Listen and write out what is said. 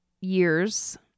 years